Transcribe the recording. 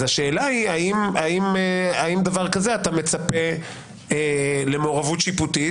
אז השאלה היא: האם דבר כזה אתה מצפה למעורבות שיפוטית?